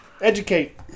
Educate